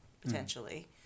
potentially